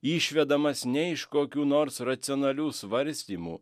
išvedamas ne iš kokių nors racionalių svarstymų